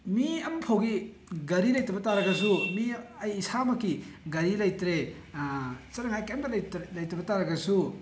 ꯃꯤ ꯑꯃ ꯐꯥꯎꯒꯤ ꯒꯥꯔꯤ ꯂꯩꯇꯕ ꯇꯥꯔꯒꯁꯨ ꯃꯤ ꯑꯩ ꯏꯁꯥꯃꯛꯀꯤ ꯒꯥꯔꯤ ꯂꯩꯇ꯭ꯔꯦ ꯆꯠꯅꯉꯥꯏ ꯀꯔꯤꯝꯇ ꯂꯩꯇꯕ ꯇꯥꯔꯒꯁꯨ